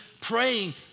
praying